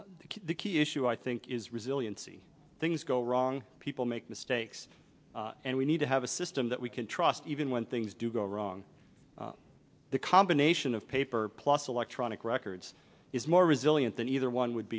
a key issue i think is resiliency things go wrong people make mistakes and we need to have a system that we can trust even when things do go wrong the combination of paper plus electronic records is more resilient than either one would